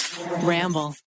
Ramble